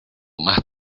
más